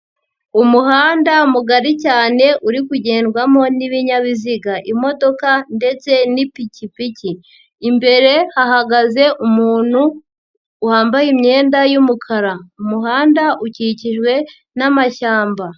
Umuhanda mugari cyane uri kugendwamo n'ibinyabiziga, imodoka ndetse n'ipikipiki, imbere hagaze umuntu wambaye imyenda y'umukara, umuhanda ukikijwe n'amashyamba.